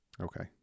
Okay